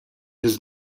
his